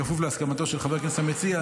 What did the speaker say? בכפוף להסכמתו של חבר הכנסת המציע,